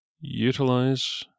utilize